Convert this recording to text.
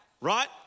right